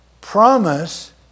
promise